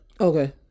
Okay